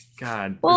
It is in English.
God